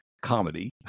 Comedy